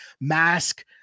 mask